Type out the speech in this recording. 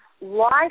life